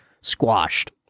squashed